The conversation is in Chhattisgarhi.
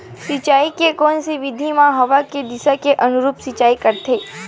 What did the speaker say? सिंचाई के कोन से विधि म हवा के दिशा के अनुरूप सिंचाई करथे?